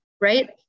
right